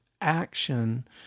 action